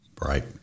Right